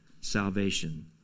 salvation